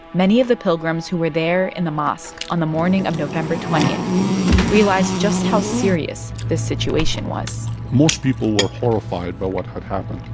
many of the pilgrims who were there in the mosque on the morning of november twenty realized just how serious this situation was most people were horrified by what had happened.